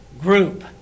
group